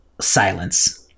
Silence